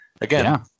again